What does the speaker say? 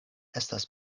estas